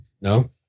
No